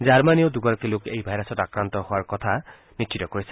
জাৰ্মনীয়েও দুগৰাকী লোক এই ভাইৰাছত আক্ৰান্ত হোৱাৰ কথা নিশ্চিত কৰিছে